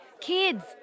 Kids